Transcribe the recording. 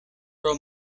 pro